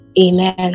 Amen